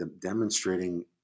demonstrating